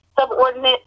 subordinate